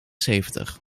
zeventig